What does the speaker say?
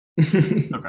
Okay